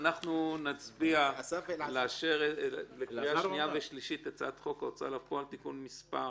אנחנו נצביע לאשר לקריאה שנייה את הצעת חוק ההוצאה לפועל (תיקון מס'